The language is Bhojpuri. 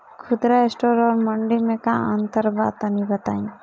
खुदरा स्टोर और मंडी में का अंतर बा तनी बताई?